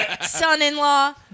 son-in-law